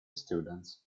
students